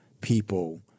people